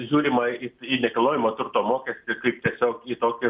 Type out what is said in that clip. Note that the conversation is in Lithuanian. žiūrima į į nekilnojamo turto mokestį kaip tiesiog į tokį